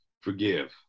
forgive